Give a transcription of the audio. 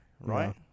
right